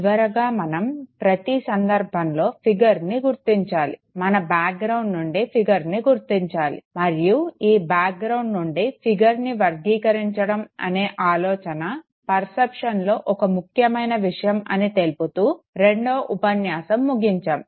చివరగా మనం ప్రతి సందర్భంలో ఫిగర్ని గుర్తించాలి మన బ్యాక్ గ్రౌండ్ నుండి ఫిగర్ని గుర్తించాలి మరియు ఈ బ్యాక్ గ్రౌండ్ నుండి ఫిగర్ని వర్గీకరించడం అనే ఆలోచన పర్సెప్షన్లో ఒక ముఖ్యమైన విషయము అని తెలుపుతూ రెండవ ఉపన్యాసం ముగించాము